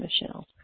Michelle